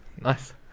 nice